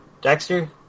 Dexter